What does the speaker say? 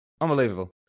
Unbelievable